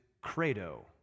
credo